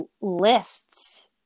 lists